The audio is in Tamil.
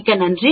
மிக்க நன்றி